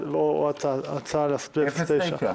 והצעה ל-0.9.